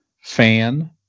fan